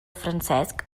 francesc